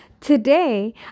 Today